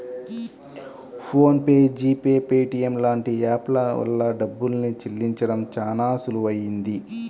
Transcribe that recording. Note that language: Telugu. phone pe, G pay, Paytm లాంటి యాప్ ల వల్ల డబ్బుల్ని చెల్లించడం చానా సులువయ్యింది